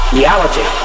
reality